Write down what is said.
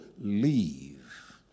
leave